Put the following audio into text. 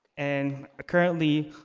and currently,